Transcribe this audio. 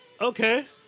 Okay